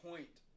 Point